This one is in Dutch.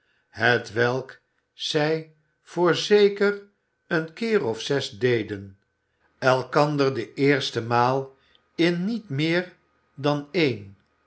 hetwelk zij voorzeker een keer of zes deden elkander de eerste maal in niet meer dan één